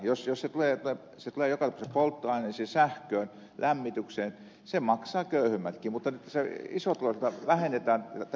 jos se tulee joka tapauksessa polttoaineisiin sähköön lämmitykseen sen maksavat köyhemmätkin mutta isotuloisilta vähennetään tässä tapauksessa työnantajalta vähennetään